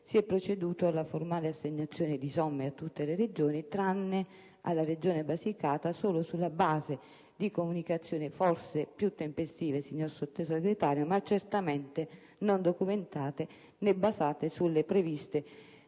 si è proceduto alla formale assegnazione di somme a tutte le Regioni tranne che alla Basilicata solo sulla base di comunicazioni forse più tempestive, signor Presidente, ma certamente non documentate né basate sulle previste certificazioni,